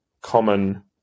common